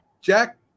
Jack